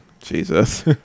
jesus